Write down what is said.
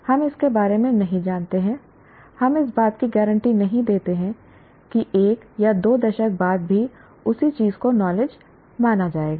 हम इसके बारे में नहीं जानते हैं हम इस बात की गारंटी नहीं देते हैं कि एक या दो दशक बाद भी उसी चीज को नॉलेज माना जाएगा